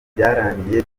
byararangiye